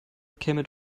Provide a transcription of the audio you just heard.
käme